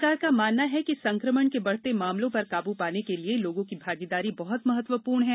सरकार का मानना है कि संक्रमण के बढते मामलों पर काबु पाने के लिए लोगों की भागीदारी बहुत महत्वपूर्ण है